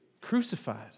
Crucified